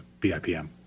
BIPM